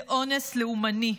זה אונס לאומני.